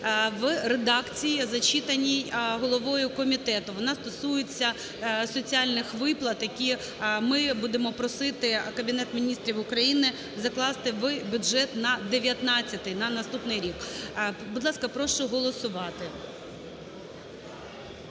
в редакції, зачитаній головою комітету. Вона стосується соціальних виплат, які ми будемо просити Кабінет Міністрів України закласти в бюджет на 2019-й, на наступний рік. Будь ласка, прошу голосувати.